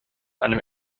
einem